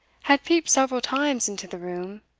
had peeped several times into the room,